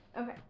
Okay